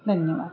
धन्यवाद